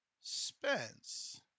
Spence